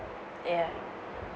ya